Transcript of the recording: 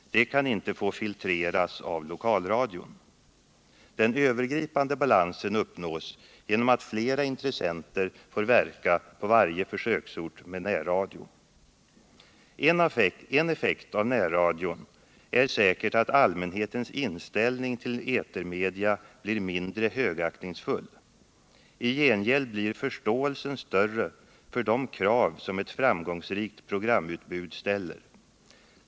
Det kan inte få filtreras av lokalradion. Den övergripande balansen uppnås genom att flera intressenter får verka på varje försöksort med närradio. En effekt av närradion är säkert att allmänhetens inställning till etermedia blir mindre högaktningsfull. I gengäld blir förståelsen större för de krav som ett framgångsrikt programutbud ställer.